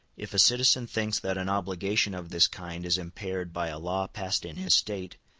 if a citizen thinks that an obligation of this kind is impaired by a law passed in his state,